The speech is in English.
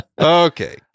Okay